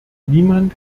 niemand